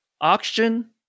oxygen